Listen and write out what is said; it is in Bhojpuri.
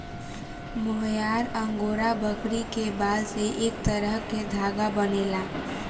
मोहयार अंगोरा बकरी के बाल से एक तरह के धागा बनेला